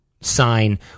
sign